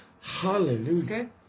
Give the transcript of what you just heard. Hallelujah